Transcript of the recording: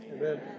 Amen